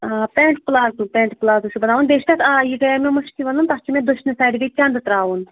آ pant palazzo pant palazzo چھُ بَناوُن بیٚیہِ تتھ آ یہِ گٔیے مےٚ مٔشدٕے وَنُن تَتھ چھِ مےٚ دٔشنہِ سایڈٕ بیٚیہِ چندٕ تراوُن